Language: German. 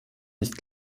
nicht